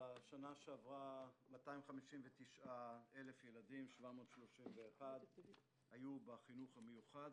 בשנה שעברה 259,731 ילדים היו בחינוך המיוחד,